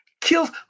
killed